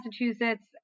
Massachusetts